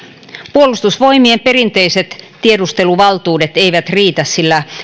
puolustusvoimien perinteiset tiedusteluvaltuudet eivät riitä sillä